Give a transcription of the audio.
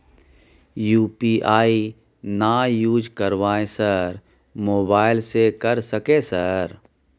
UPI ना use करवाएं sir mobile से कर सके सर?